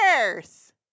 Earth